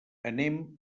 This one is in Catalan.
anem